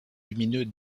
lumineux